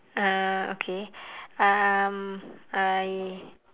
uh okay um I